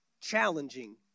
challenging